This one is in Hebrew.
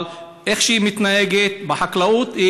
אבל כפי שהיא מתנהגת בחקלאות,